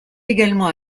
également